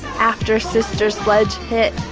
after sister sledge hit